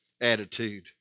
attitude